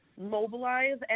mobilize